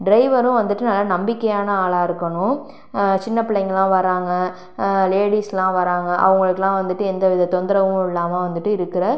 ட்ரைவரும் வந்துட்டு நல்ல நம்பிக்கையான ஆளாக இருக்கணும் சின்ன பிள்ளைங்கல்லாம் வராங்க லேடிஸெலாம் வராங்க அவர்களுக்குல்லாம் வந்துட்டு எந்த வித தொந்தரவும் இல்லாமல் வந்துட்டு இருக்கிற